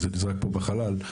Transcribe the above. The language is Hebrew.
נזרק פה בחלל,